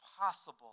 possible